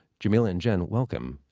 jameela and jen, welcome.